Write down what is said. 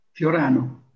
Fiorano